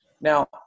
Now